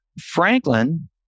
Franklin